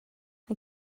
mae